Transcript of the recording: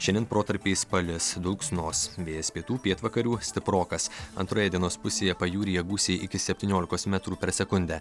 šiandien protarpiais palis dulksnos vėjas pietų pietvakarių stiprokas antroje dienos pusėje pajūryje gūsiai iki septyniolikos metrų per sekundę